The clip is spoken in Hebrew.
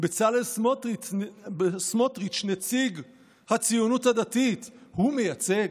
בצלאל סמוטריץ', נציג הציונות הדתית, הוא מייצג?